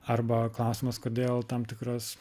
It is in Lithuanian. arba klausimas kodėl tam tikros